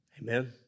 Amen